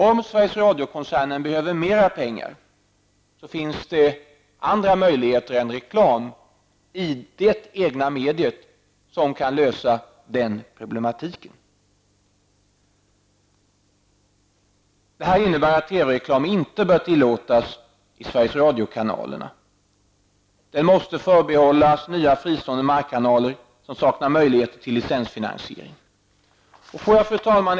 Om Sveriges Radiokoncernen behöver mer pengar finns det andra möjligheter att lösa den problematiken än genom reklam i det egna mediet. Det här innebär att TV-reklam inte bör tillåtas i Sveriges Radiokanalerna. Den måste förbehållas nya fristående markkanaler som saknar möjlighet till licensfinansiering.